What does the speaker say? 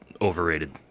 overrated